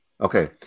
Okay